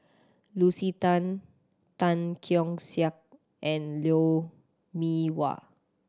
Lucy Tan Tan Keong Saik and Lou Mee Wah